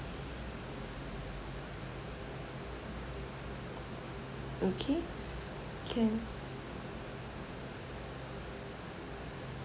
okay can